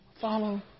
follow